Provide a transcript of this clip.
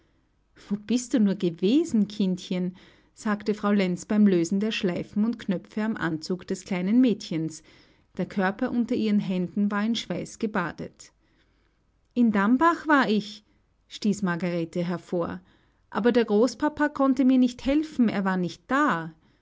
wo bist du nur gewesen kindchen sagte frau lenz beim lösen der schleifen und knöpfe am anzug des kleinen mädchens der körper unter ihren händen war in schweiß gebadet in dambach war ich stieß margarete hervor aber der großpapa konnte mir nicht helfen er war nicht da